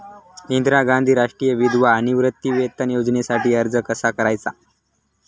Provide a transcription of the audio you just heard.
इंदिरा गांधी राष्ट्रीय विधवा निवृत्तीवेतन योजनेसाठी अर्ज कसा करायचा?